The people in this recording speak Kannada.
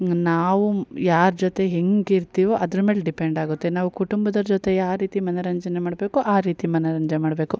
ನಾವು ಯಾರ ಜೊತೆ ಹೆಂಗೆ ಇರ್ತೀವೋ ಅದ್ರ ಮೇಲೆ ಡಿಪೆಂಡ್ ಆಗುತ್ತೆ ನಾವು ಕುಟುಂಬದವ್ರ ಜೊತೆ ಯಾವ್ ರೀತಿ ಮನರಂಜನೆ ಮಾಡಬೇಕು ಆ ರೀತಿ ಮನರಂಜನೆ ಮಾಡಬೇಕು